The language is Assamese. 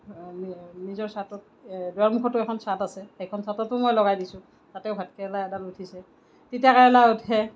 নিজৰ চাটত দুৱাৰমুখতো এখন চাট আছে সেইখন চাটতো মই লগাই দিছোঁ তাতেও ভাতকেৰেলা এডাল উঠিছে তিতাকেৰেলা উঠে